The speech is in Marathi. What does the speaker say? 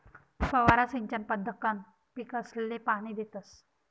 फवारा सिंचन पद्धतकंन पीकसले पाणी देतस